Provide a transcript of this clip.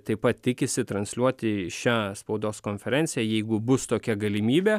taip pat tikisi transliuoti šią spaudos konferenciją jeigu bus tokia galimybė